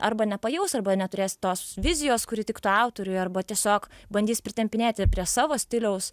arba nepajaus arba neturės tos vizijos kuri tiktų autoriui arba tiesiog bandys pritempinėti prie savo stiliaus